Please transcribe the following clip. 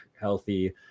healthy